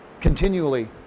continually